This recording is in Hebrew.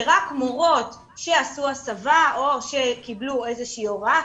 זה רק מורות שעשו הסבה או שקיבלו איזו שהיא הוראה,